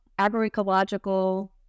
agroecological